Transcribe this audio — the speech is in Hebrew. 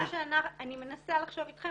אני מנסה לחשוב איתכם,